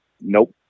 Nope